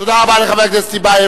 תודה רבה לחבר הכנסת טיבייב.